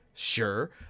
Sure